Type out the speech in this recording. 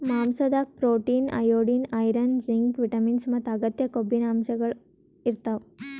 ಮಾಂಸಾದಾಗ್ protein, iodine, iron, zinc, vitamins ಮತ್ತ್ ಅಗತ್ಯ ಕೊಬ್ಬಿನಾಮ್ಲಗಳ್ ಅಂಶಗಳ್ ಇರ್ತವ್